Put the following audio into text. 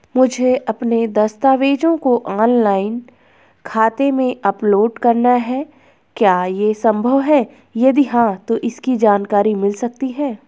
मुझे अपने दस्तावेज़ों को ऑनलाइन खाते में अपलोड करना है क्या ये संभव है यदि हाँ तो इसकी जानकारी मिल सकती है?